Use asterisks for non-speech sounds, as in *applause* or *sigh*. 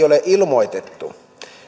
*unintelligible* ole ilmoitettu